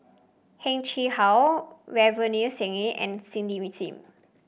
Heng Chee How Ravinder Singh and Cindy with Sim